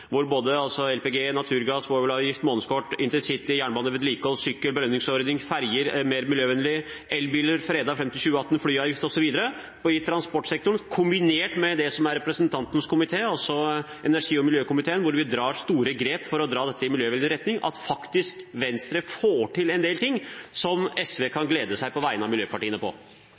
LPG, naturgass, svovelavgift, månedskort, intercity, jernbane, vedlikehold, sykkel, belønningsordning, ferger eller mer miljøvennlig, elbiler fredet fram til 2018, flyavgift osv. i transportsektoren, og det som er representantens komité, altså energi- og miljøkomiteen, hvor vi tar store grep for å dra det i miljøvennlig retning, får Venstre faktisk til en del ting som SV kan